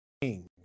king